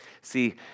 see